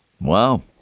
Wow